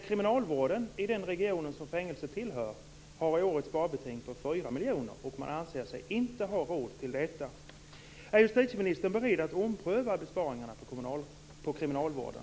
Kriminalvården i den region som fängelset tillhör har i år ett sparbeting på fyra miljoner och anser sig inte ha råd med detta. Är justitieministern beredd att ompröva besparingarna på kriminalvården?